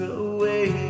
away